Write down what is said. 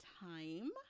time